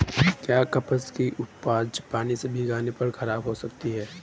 क्या कपास की उपज पानी से भीगने पर खराब हो सकती है?